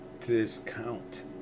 discount